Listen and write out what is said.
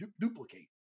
duplicate